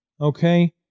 Okay